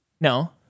No